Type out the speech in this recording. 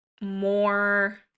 more